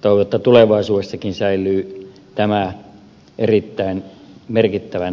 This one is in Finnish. toivon että tulevaisuudessakin tämä säilyy erittäin merkittävänä pohjana